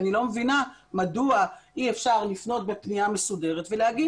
אני לא מבינה מדוע אי אפשר לפנות בפנייה מסודרת ולהגיד